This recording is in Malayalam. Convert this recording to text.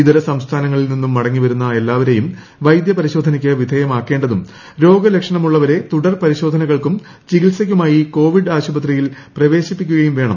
ഇതര സംസ്ഥാനത്തുനിന്നും മടങ്ങിവരുന്ന എല്ലാവരെയും വൈദ്യ പരിശോധനയ്ക്ക് വിധേയമാക്കേണ്ടതും രോഗലക്ഷണമുള്ളവരെ തുടർ പരിശോധനകൾക്കും ചികിത്സയ്ക്കുമായി കോവിഡ് ആശുപത്രിയിൽ പ്രവേശിപ്പിക്കുകയും വേണം